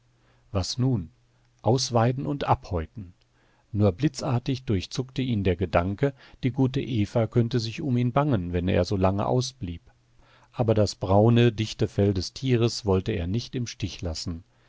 was nun ausweiden und abhäuten nur blitzartig durchzuckte ihn der gedanke die gute eva könnte sich um ihn bangen wenn er so lange ausblieb aber das braune dichte fell des tieres wollte er nicht im stich lassen